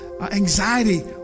anxiety